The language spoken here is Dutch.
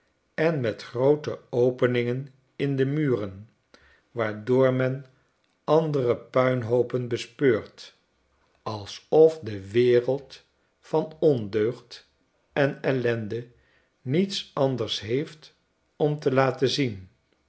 en met groote openingen in de muren waardoor men andere puinhoopen bespeurt alsof de wereld van ondeugd en ellende niets anders heeft om te laten zien